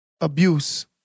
abuse